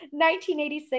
1986